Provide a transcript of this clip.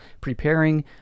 Preparing